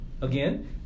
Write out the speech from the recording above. Again